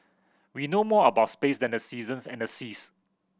we know more about space than the seasons and the seas